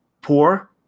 poor